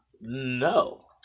No